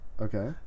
okay